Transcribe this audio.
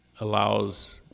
allows